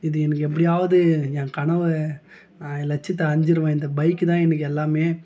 இது எனக்கு எப்படியாவது என் கனவை என் லட்சியத்தை அடைஞ்சிருவேன் இந்த பைக் தான் எனக்கு எல்லாமே